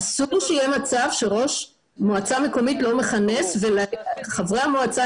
אסור שיהיה מצב שראש מועצה מקומית לא מכנס וחברי המועצה,